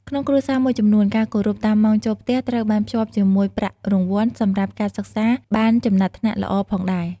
ក្នុងគ្រួសារមួយចំនួន ការគោរពតាមម៉ោងចូលផ្ទះត្រូវបានភ្ជាប់ជាមួយប្រាក់រង្វាន់សម្រាប់ការសិក្សាបានចំណាត់ថ្នាក់ល្អផងដែរ។